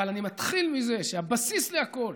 אבל אני מתחיל מזה שהבסיס לכול